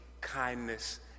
kindness